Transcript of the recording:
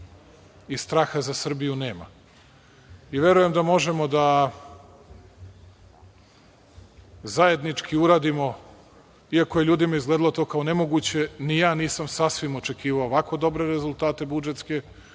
i straha za Srbiju nema. Verujem da možemo da zajednički uradimo, iako je ljudima izgledalo to kao nemoguće, ni ja nisam sasvim očekivao ovako dobre rezultate budžetske,